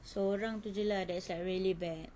sorang tu jer lah that's like really bad